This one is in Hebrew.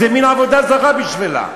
זה מין עבודה זרה בשבילה,